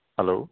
hello